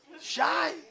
Shy